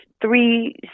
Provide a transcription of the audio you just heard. three